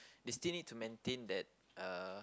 they still need to maintain that uh